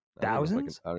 thousands